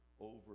over